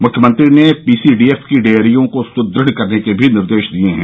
मुख्यमंत्री ने पीसीडीएफ की डेयरियों को सुदृढ़ करने के निर्देश भी दिये हैं